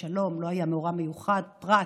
לא היה מאורע מיוחד פרט